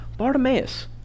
Bartimaeus